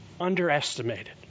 Underestimated